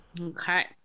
Okay